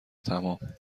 تمام